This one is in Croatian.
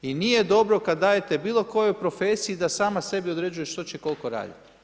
I nije dobro kada dajete bilo kojoj profesiji da sama sebi određuje što će i koliko raditi.